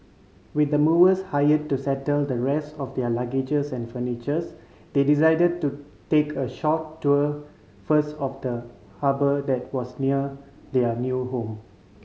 with the movers hire to settle the rest of their luggages and furnitures they decided to take a short tour first of the harbour that was near their new home